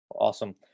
Awesome